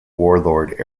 warlord